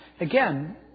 Again